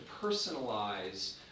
personalize